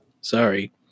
Sorry